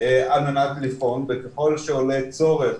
על מנת לבחון, וככל שעולה צורך